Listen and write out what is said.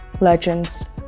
legends